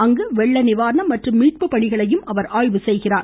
அங்கு வெள்ள நிவாரணம் மற்றும் மீட்பு பணிகளையும் அவர் ஆய்வு செய்கிறார்